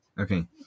Okay